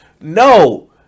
No